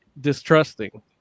distrusting